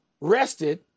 rested